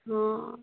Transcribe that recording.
हँ